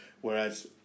whereas